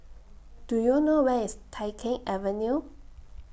Do YOU know Where IS Tai Keng Avenue